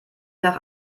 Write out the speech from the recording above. nach